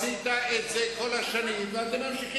אז אתה מצדיק את מה שהוא אמר?